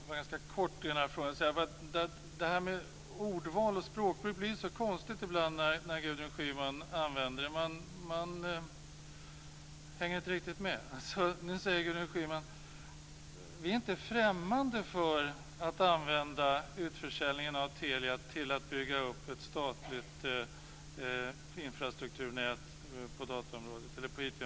Fru talman! Det här med ordval och språkbruk blir ibland konstigt hos Gudrun Schyman. Man hänger inte riktigt med. Nu säger Gudrun Schyman: Vi är inte främmande för att använda utförsäljningen av Telia till att bygga upp ett statligt infrastrukturnät på IT-området.